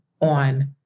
on